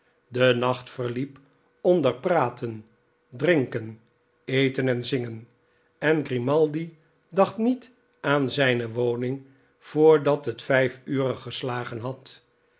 de nacht verliep onder praten drinken eten en zingen en grimaldi dacht niet aan zijne woning voordat het vijf ure geslagen had